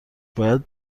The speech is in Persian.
باید